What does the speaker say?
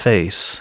Face